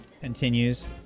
continues